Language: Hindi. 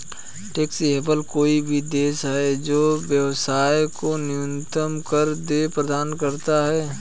टैक्स हेवन कोई भी देश है जो व्यवसाय को न्यूनतम कर देयता प्रदान करता है